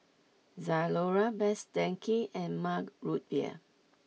Zalora Best Denki and Mug Root Beer